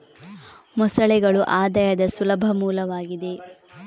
ಮೊಸಳೆಗಳು ಆದಾಯದ ಸುಲಭ ಮೂಲವಾಗಿದೆ